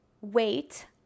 wait